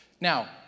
Now